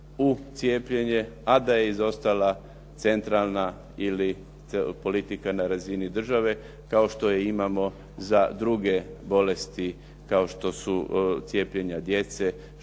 u cijepljenje, a da je izostala centralna ili politika na razini države, kao što je imamo za druge bolesti kao što su cijepljenja djece,